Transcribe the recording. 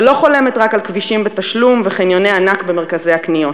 ולא חולמת רק על כבישים בתשלום וחניוני ענק במרכזי הקניות.